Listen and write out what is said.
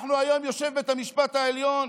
היום יושב בית המשפט העליון